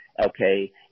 okay